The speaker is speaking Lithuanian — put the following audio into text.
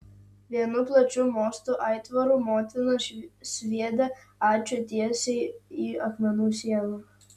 vienu plačiu mostu aitvarų motina sviedė ačiū tiesiai į akmenų sieną